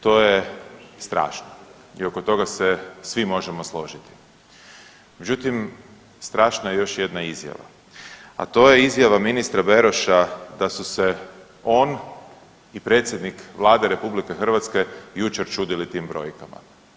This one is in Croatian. To je strašno i oko toga se svi možemo složiti, međutim strašna je još jedna izjava, a to je izjava ministra Beroše da su se on i predsjednik Vlade RH jučer čudili tim brojkama.